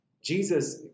Jesus